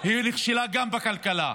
היא נכשלה גם בכלכלה.